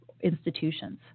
institutions